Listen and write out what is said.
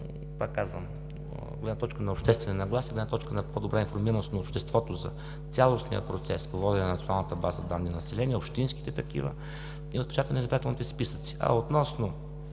пак казвам, от гледна точка на обществени нагласи, от гледна точка на по-добра информираност на обществото за цялостния процес по водене на Националната база данни „Население“, общинските такива и отпечатване на избирателните списъци. А относно